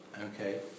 okay